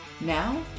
Now